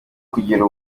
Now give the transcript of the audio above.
kugera